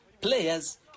players